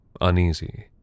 uneasy